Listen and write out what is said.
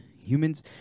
Humans